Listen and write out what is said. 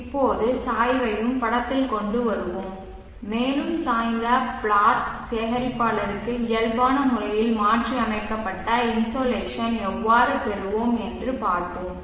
இப்போது சாய்வையும் படத்தில் கொண்டு வருவோம் மேலும் சாய்ந்த பிளாட் பிளேட் சேகரிப்பாளருக்கு இயல்பான முறையில் மாற்றியமைக்கப்பட்ட இன்சோலேஷனை எவ்வாறு பெறுவோம் என்று பார்ப்போம்